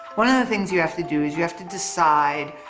one of the things you have to do is you have to decide,